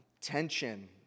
tension